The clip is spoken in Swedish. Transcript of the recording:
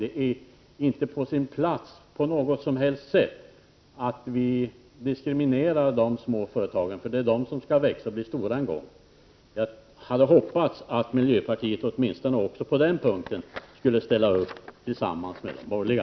Det är inte på något vis på sin plats att diskriminera de små företagen, för det är de som skall växa och bli stora en gång. Jag hoppades att miljöpartiet också på den punkten skulle ställa upp tillsammans med de borgerliga.